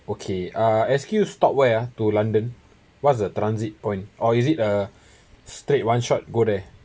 okay uh S_Q stop where uh to london what's the transit point or is it uh straight one shot go there